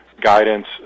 guidance